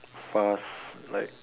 fast like